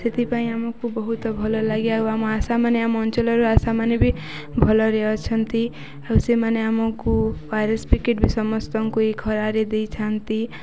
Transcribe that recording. ସେଥିପାଇଁ ଆମକୁ ବହୁତ ଭଲ ଲାଗେ ଆଉ ଆମ ଆଶା ମାନେ ଆମ ଅଞ୍ଚଳର ଆଶା ମାନେ ବି ଭଲରେ ଅଛନ୍ତି ଆଉ ସେମାନେ ଆମକୁ ବି ସମସ୍ତଙ୍କୁ ଏଇ ଖରାରେ ଦେଇଥାନ୍ତି